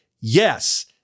Yes